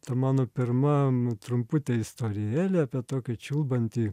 ta mano pirma nu trumputė istorija apie tokį čiulbantį